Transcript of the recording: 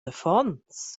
affons